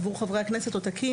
עבור חברי הכנסת,